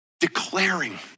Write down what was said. Declaring